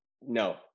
no